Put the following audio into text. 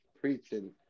preaching